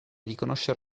riconoscer